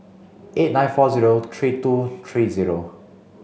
eight nine four zero three two three zero